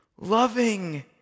Loving